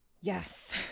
Yes